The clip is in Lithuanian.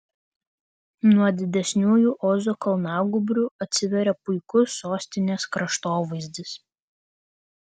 nuo didesniųjų ozo kalnagūbrių atsiveria puikus sostinės kraštovaizdis